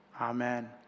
Amen